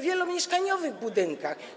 wielomieszkaniowych budynków.